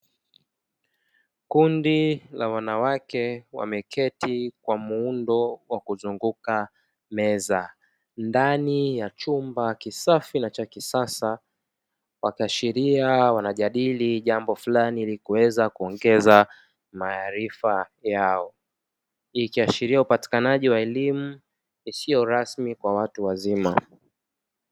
Kundi la wanawake wameketi kwa muundo wa kuzunguka meza ndani ya chumba kisafi na cha kisasa, wakiashiria wanajadili jambo fulani ili kuweza kuongeza maarifa yao ikiashiria upatikanaji wa elimu isiyo rasmi kwa watu wazima.